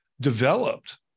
developed